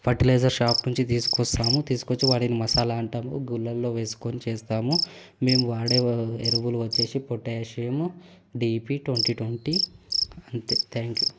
fertiliser shop నుంచి తీసుకొస్తాము తీసుకొచ్చి వాటిని మసాలా అంటాము గుళ్ళల్లో వేసుకుని చేస్తాము మేము వాడే ఎరువులు వచ్చేసి పొటాషియం డీపీ ట్వంటీ ట్వంటీ అంతే థ్యాంక్ యూ